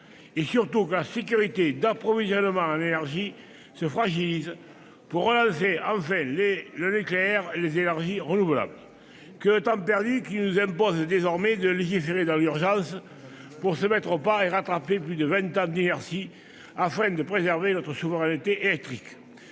et, surtout, que la sécurité d'approvisionnement en énergie se fragilise pour relancer enfin le nucléaire et les énergies renouvelables. Que de temps perdu ! Cela nous impose désormais de légiférer dans l'urgence pour nous mettre au pas et rattraper plus de vingt ans d'inertie afin de préserver notre souveraineté électrique.